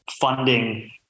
funding